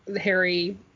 Harry